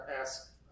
ask